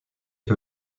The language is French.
que